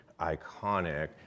iconic